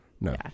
No